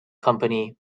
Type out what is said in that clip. company